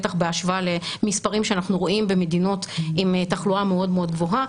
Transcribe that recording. בטח בהשוואה למספרים שאנחנו רואים במדינות עם תחלואה מאוד גבוהה,